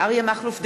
אריה מכלוף דרעי,